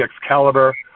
Excalibur